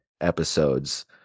episodes